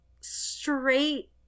straight